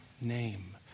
name